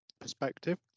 perspective